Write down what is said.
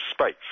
space